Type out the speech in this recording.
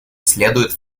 следует